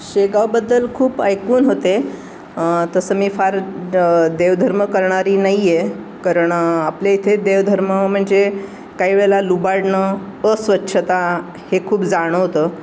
शेगावबद्दल खूप ऐकून होते तसं मी फार देवधर्म करणारी नाही आहे कारण आपल्या इथे देवधर्म म्हणजे काही वेळेला लुबाडणं अस्वच्छता हे खूप जाणवतं